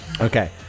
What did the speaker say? Okay